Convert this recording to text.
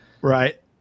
Right